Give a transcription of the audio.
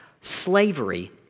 slavery